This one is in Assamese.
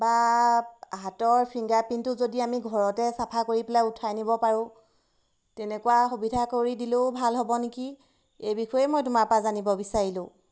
বা হাতৰ ফিংগাৰ প্ৰিণ্টটো যদি আমি ঘৰতে চাফা কৰি পেলাই উঠাই নিব পাৰোঁ তেনেকুৱা সুবিধা কৰি দিলেও ভাল হ'ব নেকি এই বিষয়ে মই তোমাৰ পৰা জানিব বিচাৰিলোঁ